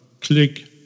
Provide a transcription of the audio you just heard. click